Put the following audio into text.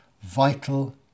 vital